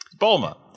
Bulma